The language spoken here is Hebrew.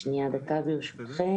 שנייה דקה ברשותכם.